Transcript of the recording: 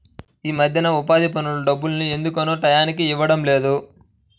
యీ మద్దెన ఉపాధి పనుల డబ్బుల్ని ఎందుకనో టైయ్యానికి ఇవ్వడం లేదు